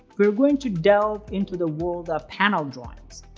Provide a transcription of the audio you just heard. we're going to delve into the world of panel drawings!